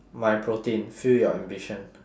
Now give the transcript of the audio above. my protein fuel your ambition